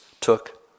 took